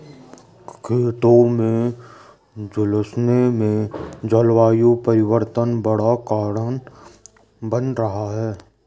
खेतों के झुलसने में जलवायु परिवर्तन बड़ा कारण बन रहा है